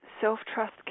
self-trust